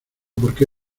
porque